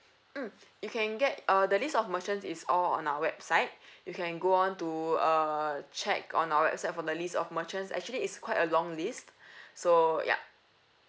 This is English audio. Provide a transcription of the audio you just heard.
mm you can get uh the list of merchants is all on our website you can go on to uh check on our website for the list of merchants actually it's quite a long list so ya